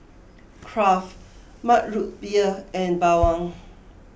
Kraft Mug Root Beer and Bawang